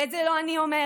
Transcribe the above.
ואת זה לא אני אומרת,